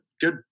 good